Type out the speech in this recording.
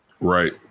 Right